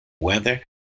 weather